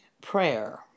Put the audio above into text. prayer